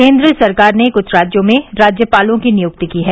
केन्द्र सरकार ने कुछ राज्यों में राज्यपालों की नियुक्ति की हैं